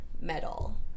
metal